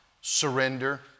surrender